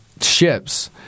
ships